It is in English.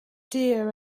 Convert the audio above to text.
dear